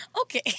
Okay